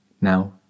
Now